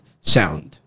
sound